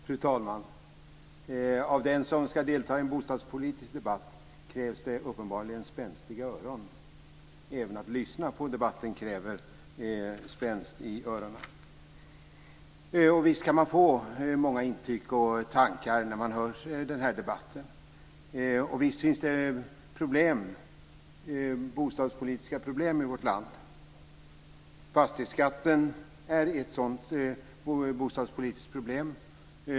Fru talman! Av den som ska delta i en bostadspolitisk debatt krävs det uppenbarligen spänstiga öron. Även att lyssna på debatten kräver spänst i öronen. Visst kan man få många intryck och tankar när man hör denna debatt, och visst finns det bostadspolitiska problem i vårt land. Fastighetsskatten är ett sådant bostadspolitiskt problem.